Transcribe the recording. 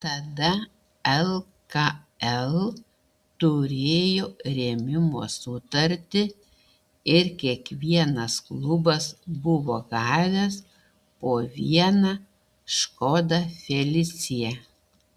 tada lkl turėjo rėmimo sutartį ir kiekvienas klubas buvo gavęs po vieną škoda felicia